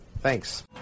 Thanks